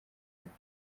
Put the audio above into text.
yabyo